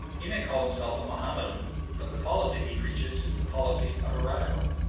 he may call himself a mahomedan but the policy he preaches is the policy of a radical,